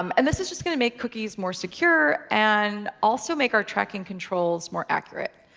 um and this is just going to make cookies more secure, and also make our tracking controls more accurate.